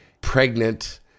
pregnant